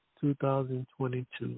2022